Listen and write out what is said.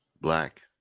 black